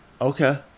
Okay